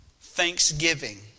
thanksgiving